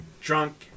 drunk